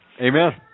Amen